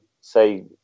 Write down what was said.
say